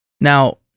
Now